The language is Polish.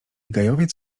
gajowiec